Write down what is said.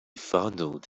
fondled